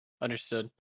Understood